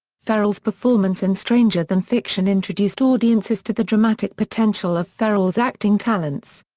ferrell's performance in stranger than fiction introduced audiences to the dramatic potential of ferrell's acting talents.